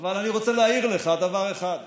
אבל אני רוצה להעיר לך דבר אחד פשוט: